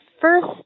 first